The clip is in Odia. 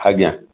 ଆଜ୍ଞା